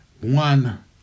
One